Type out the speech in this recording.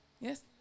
yes